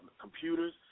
computers